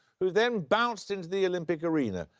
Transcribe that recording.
who then bounced into the olympic arena.